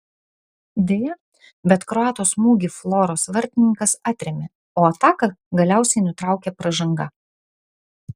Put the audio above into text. deja bet kroato smūgį floros vartininkas atrėmė o ataką galiausiai nutraukė pražanga